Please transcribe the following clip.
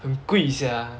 很贵 sia